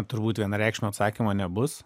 turbūt vienareikšmio atsakymo nebus